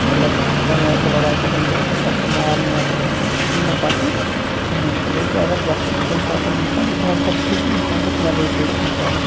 مطلَب تَمہِ آیہِ چھِ لڑٲے گژھان زِ أکِس اکھ چھِ مارنہِ واتان اِنسان سُہ چھُنہٕ مےٚ پَسنٛد کِہیٖنٛۍ تہِ بٔلکہِ اَگر گژھِ تہِ کُنہِ ساتہٕ اِنسان بہتَر چھُ زِ اِنسانَس گژھِ نیگوسیشنٕے کَرُن